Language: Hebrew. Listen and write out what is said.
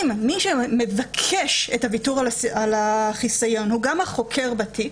אם מי שמבקש את הוויתור על החיסיון הוא גם החוקר בתיק,